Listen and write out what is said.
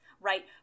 right